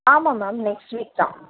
ஆமாம் ma'am next week தான்